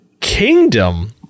Kingdom